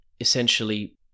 Essentially